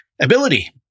ability